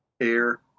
air